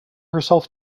herself